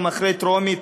גם אחרי הטרומית,